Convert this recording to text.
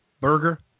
burger